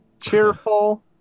Cheerful